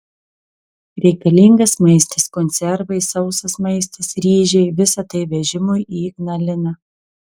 reikalingas maistas konservai sausas maistas ryžiai visa tai vežimui į ignaliną